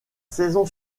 saison